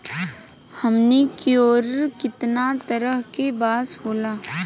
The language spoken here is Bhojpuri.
हमनी कियोर कितना तरह के बांस होला